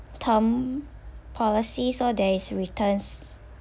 term policy so there is returns